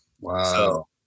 Wow